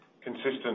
consistent